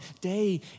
day